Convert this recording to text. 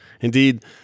Indeed